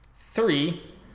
Three